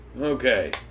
Okay